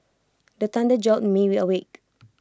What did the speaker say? the thunder jolt me awake